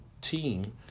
team